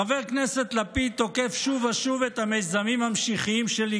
חבר הכנסת לפיד תוקף שוב ושוב את "המיזמים המשיחיים" שלי,